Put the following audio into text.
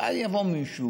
ואז יבוא מישהו,